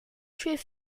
tuer